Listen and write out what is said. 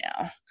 now